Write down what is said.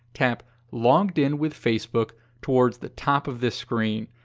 tap logged in with facebook toward the top of this screen.